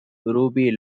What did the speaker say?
ruby